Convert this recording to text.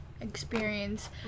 Experience